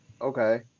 Okay